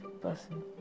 person